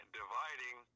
dividing